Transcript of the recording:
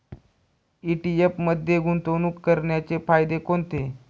ETF मध्ये गुंतवणूक करण्याचे फायदे कोणते?